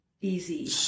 easy